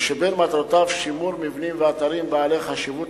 ובין מטרותיו שימור מבנים ואתרים בעלי חשיבות